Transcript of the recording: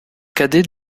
cadet